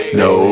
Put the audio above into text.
no